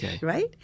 right